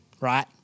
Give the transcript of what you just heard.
right